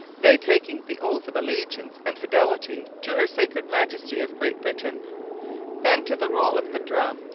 they taking the oath of allegiance and fidelity to her sacred majesty of great britain then to the roll of the drum,